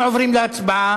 אנחנו עוברים להצבעה.